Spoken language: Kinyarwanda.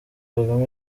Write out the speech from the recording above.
kagame